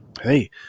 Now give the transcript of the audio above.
hey